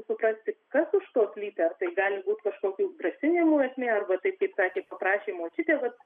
suprasti kas už to slypi ar tai gali būt kažkokių grasinimų esmė arba taip kaip sakė prašė močiutė vat